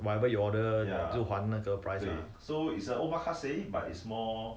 whatever you order 就还那个 price ah